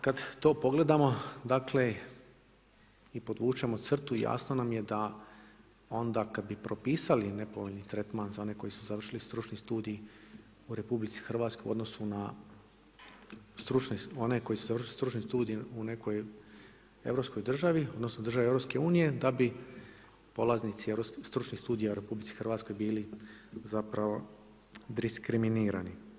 Kad to pogledamo, dakle, i podvučemo crtu i jasno nam je da onda kad bi propisali nepovoljni tretman, za one koji su završili stručni studij u RH u odnosu na stručni, oni koji su završili stručni studij u nekoj europskoj državi odnosno, državi EU, da bi polaznici stručnih studija u RH, bili zapravo diskriminirani.